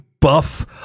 Buff